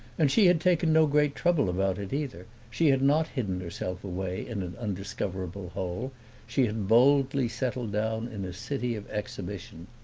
and she had taken no great trouble about it either she had not hidden herself away in an undiscoverable hole she had boldly settled down in a city of exhibition.